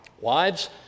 Wives